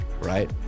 right